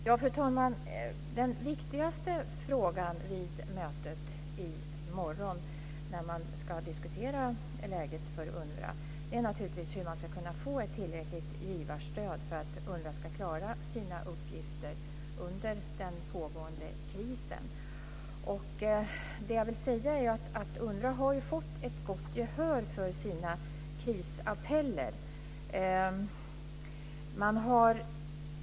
Fru talman! Den viktigaste frågan vid mötet i morgon när man ska diskutera läget för UNRWA är naturligtvis hur man ska kunna få ett tillräckligt givarstöd för att UNRWA ska klara sina uppgifter under den pågående krisen. UNRWA har ju fått ett gott gehör för sina krisappeller.